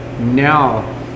now